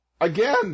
Again